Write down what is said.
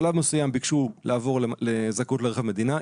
בשלב מסוים ביקשו לעבור לזכאות לרכב מדינה,